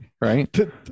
Right